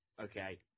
okay